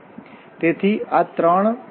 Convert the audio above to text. તેથી આ 3 પરિમાણો નો કેસ છે